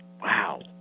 wow